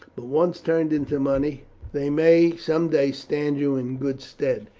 but once turned into money they may some day stand you in good stead.